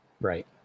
right